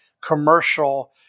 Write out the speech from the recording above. commercial